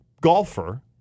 golfer